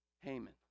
Haman